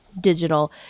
digital